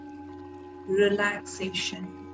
relaxation